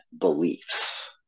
beliefs